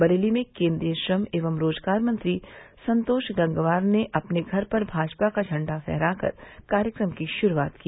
बरेली में केन्द्रीय श्रम एवं रोजगार मंत्री संतोष गंगवार ने अपने घर पर भाजपा का झंडा फहरा कर कार्यक्रम की शुरूआत की